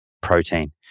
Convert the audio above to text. protein